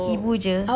ibu jer